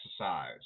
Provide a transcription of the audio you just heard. exercise